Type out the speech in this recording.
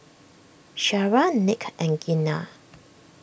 Shara Nick and Gena